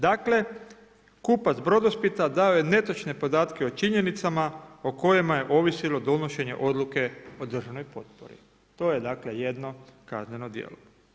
Dakle kupac Brodosplita dao je netočne podatke o činjenicama o kojima je ovisilo donošenje odluke o državnoj potpori, to je dakle jedno kazneno djelo.